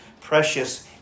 precious